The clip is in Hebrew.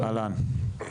אהלן.